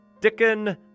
Dickon